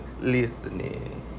listening